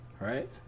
right